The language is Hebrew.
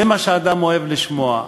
זה מה שאדם אוהב לשמוע.